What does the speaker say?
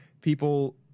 people